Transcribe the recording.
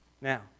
Now